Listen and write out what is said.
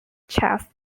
chess